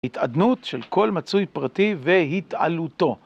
התעדנות של כל מצוי פרטי והתעלותו.